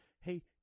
hey